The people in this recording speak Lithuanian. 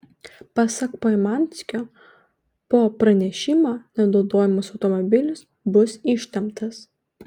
pasak poimanskio po pranešimo nenaudojamas automobilis bus ištemptas